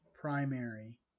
primary